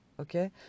okay